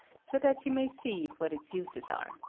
so that you may see what its uses are.